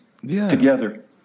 together